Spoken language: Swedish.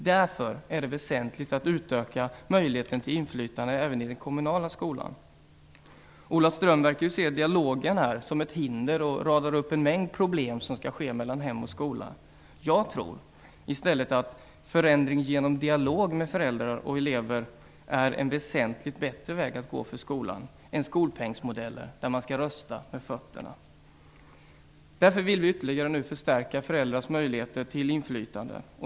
Därför är det väsentligt att utöka möjligheten till inflytande även i den kommunala skolan. Ola Ström verkar se dialogen som ett hinder och radar upp en mängd problem som skall uppstå mellan hem och skola. Jag tror i stället att förändring genom dialog med föräldrar och elever är en väsentligt bättre väg att gå för skolan än skolpengsmodellen, där man skall rösta med fötterna. Därför vill vi nu ytterligare förstärka föräldrars möjlighet till inflytande.